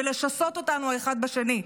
ולשסות אותנו אחד בשני,